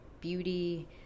beauty